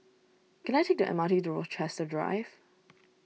can I take the M R T to Rochester Drive